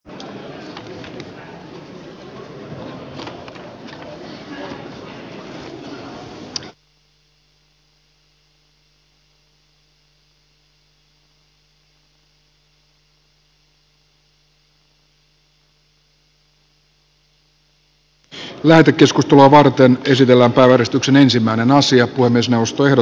puhemiesneuvosto ehdottaa että asia lähetetään valtiovarainvaliokuntaan